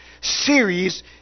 series